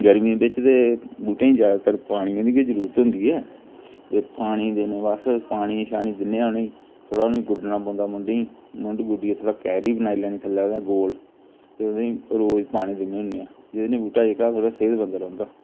गर्मियें बिच्च ते बूह्टें गी ज्यादतर पानियै दी गै जरूरत होंदी ऐ ते पानी देने बास्तै पानी शानी दिन्ने आं उ'नेंगी थोह्ड़ा उ'नेंगी गुड्ढने पौंदा मुढें गी मुंढ गुड्ढियै थोह्ड़ा क्यारी बनाई लैनी थल्लै ओह्दे गोल ते ओह्दे रोज पानी दिन्ने होन्ने आं जेह्दे कन्नै बूहटा जेहका थोह्ड़ा सेहत मंद रौंह्दा